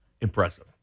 Impressive